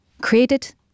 created